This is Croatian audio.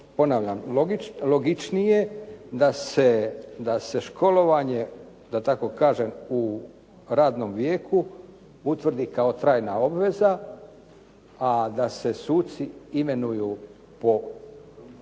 ponavljam logičnije da se školovanje, da tako kažem u radnom vijeku, utvrdi kao trajna obveza a da se suci imenuju po